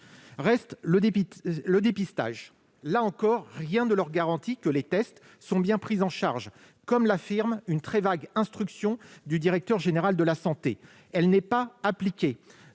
Reste le dépistage. Là encore, rien ne garantit que les tests seront bien pris en charge, comme le prévoit une très vague instruction du directeur général de la santé, qui n'est pas appliquée.